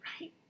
right